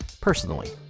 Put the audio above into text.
Personally